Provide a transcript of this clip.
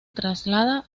traslada